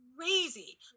crazy